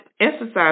exercise